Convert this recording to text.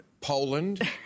Poland